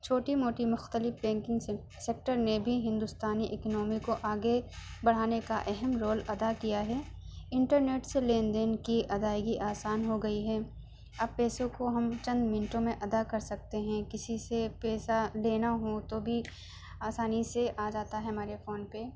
چھوٹی موٹی مختلف بینکنگ سیکٹر نے بھی ہندوستانی اکنومی کو آگے بڑھانے کا اہم رول ادا کیا ہے انٹرنیٹ سے لین دین کی ادائیگی آسان ہوگئی ہے اب پیسوں کو ہم چند منٹوں میں ادا کر سکتے ہیں کسی سے پیسہ لینا ہو تو بھی آسانی سے آ جاتا ہے ہمارے اکاؤنٹ پہ